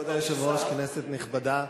כבוד היושב-ראש, כנסת נכבדה,